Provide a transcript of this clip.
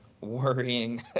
worrying